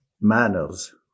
manners